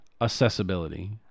Accessibility